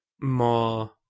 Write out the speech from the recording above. more